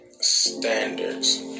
standards